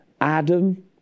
Adam